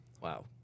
Wow